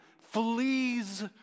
flees